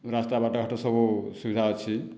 ରାସ୍ତା ବାଟଘାଟ ସବୁ ସୁବିଧା ଅଛି